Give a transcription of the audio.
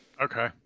Okay